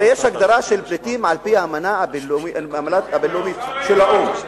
הרי יש הגדרה של פליטים על-פי האמנה הבין-לאומית של האו"ם,